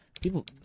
People